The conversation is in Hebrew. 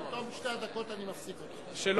בתום שתי הדקות אני מפסיק אותך.